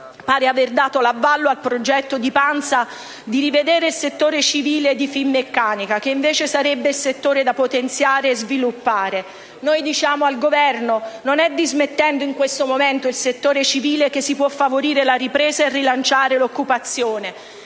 pare aver dato l'avallo al progetto di Pansa di rivedere il settore civile di Finmeccanica, che invece sarebbe da potenziare e sviluppare. Noi diciamo al Governo che non è dismettendo in questo momento il settore civile che si può favorire la ripresa e rilanciare l'occupazione.